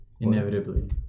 Inevitably